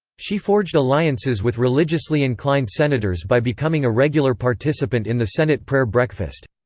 she forged alliances with religiously inclined senators by becoming a regular participant in the senate prayer breakfast.